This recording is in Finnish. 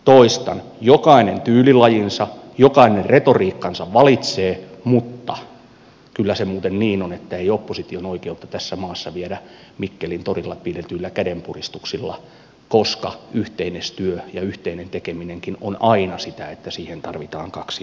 toistan jokainen tyylilajinsa jokainen retoriikkansa valitsee mutta kyllä se muuten niin on että ei opposition oikeutta tässä maassa viedä mikkelin torilla pidetyillä kädenpuristuksilla koska yhteistyö ja yhteinen tekeminenkin on aina sitä että siihen tarvitaan kaksi osapuolta